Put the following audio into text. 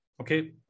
Okay